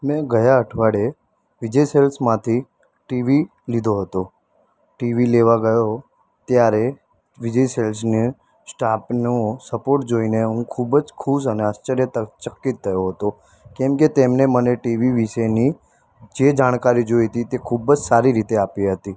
મેં ગયા અઠવાડિયે વિજય સેલ્સમાંથી ટી વી લીધું હતું ટી વી લેવા ગયો ત્યારે વિજય સેલ્સને સ્ટાફનો સપોર્ટ જોઈને હું ખૂબ જ ખુશ અને આશ્ચર્યત ચકિત થયો હતો કેમકે તેમણે મને ટી વી વિશેની જે જાણકારી જોઈતી તે ખૂબ જ સારી રીતે આપી હતી